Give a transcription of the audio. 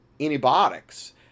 antibiotics